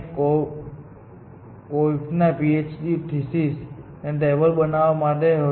કોર્ફના PhD thesis તે table બનાવવા માટે હતો